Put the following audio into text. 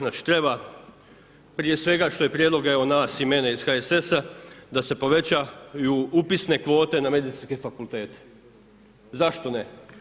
Znači treba prije sveg što je prijedlog evo nas i mene iz HSS-a da se povećaju upisne kvote na medicinskim fakultetima, zašto ne?